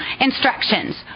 instructions